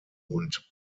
und